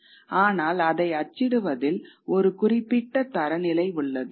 ஆனால் அதை அச்சிடுவதில் ஒரு குறிப்பிட்ட தரநிலை உள்ளது